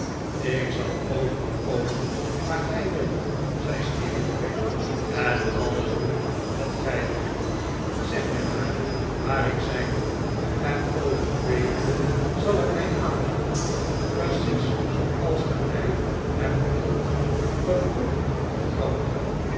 ik zal overal komen waar gij wilt zei steerforth en alles doen wat gij wilt zeg mij maar waar ik ziin moet en over twee uur zal ik mij aanmelden precies zooals ge mij hebben wilt gevoelig of grappig